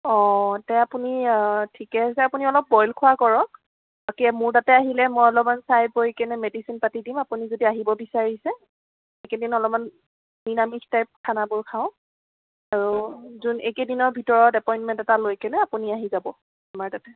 অঁ তে আপুনি ঠিকে আছে আপুনি অলপ বইল খোৱা কৰক তাকে মোৰ তাতে আহিলে মই অলপমান চাই কৰি কেনে মেডিচিন পাতি দিম আপুনি যদি আহিব বিচাৰিছে এইকেইদিন অলপমান নিৰামিষ টাইপ খানাবোৰ খাওক আৰু যোন এই কেইদিনৰ ভিতৰত এপইনমেণ্ট এটা লৈ কিনে আপুনি আহি যাব আমাৰ তাতে